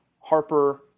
Harper